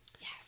Yes